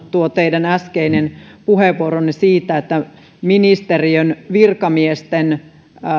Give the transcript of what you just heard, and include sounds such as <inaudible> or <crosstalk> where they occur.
<unintelligible> tuo teidän äskeinen puheenvuoronne siitä että ministeriön virkamiesten